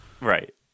Right